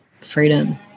freedom